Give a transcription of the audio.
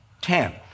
ten